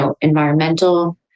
environmental